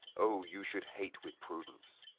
oh, you should hate with prudence.